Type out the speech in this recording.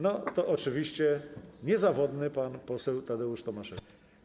No to oczywiście niezawodny pan poseł Tadeusz Tomaszewski.